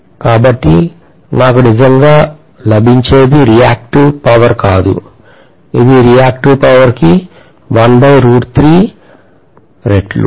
కాబట్టి నాకు లభించేది నిజంగా రియాక్టివ్ శక్తి కాదు ఇది రియాక్టివ్ శక్తి కి రెట్లు